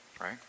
right